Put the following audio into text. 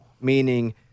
meaning